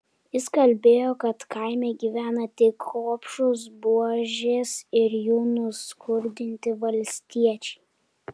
jis kalbėjo kad kaime gyvena tik gobšūs buožės ir jų nuskurdinti valstiečiai